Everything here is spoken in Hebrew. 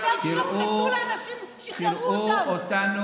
סוף-סוף נתנו לאנשים, שחררו אותם.